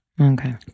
Okay